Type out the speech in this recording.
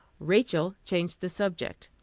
rachel changed the subject.